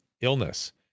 illness